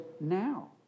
now